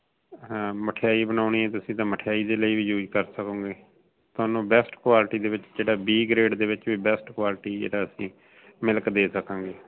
ਹਾਂ ਮਠਿਆਈ ਬਣਾਉਣੀ ਹੈ ਤੁਸੀਂ ਤਾਂ ਮਠਿਆਈ ਦੇ ਲਈ ਵੀ ਯੂਜ ਕਰ ਸਕੋਗੇ ਤੁਹਾਨੂੰ ਬੈਸਟ ਕੁਆਲਿਟੀ ਦੇ ਵਿੱਚ ਜਿਹੜਾ ਬੀ ਗ੍ਰੇਡ ਦੇ ਵਿੱਚ ਵੀ ਬੈਸਟ ਕੁਆਲਿਟੀ ਜਿਹੜਾ ਅਸੀਂ ਮਿਲਕ ਦੇ ਸਕਾਂਗੇ